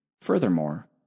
Furthermore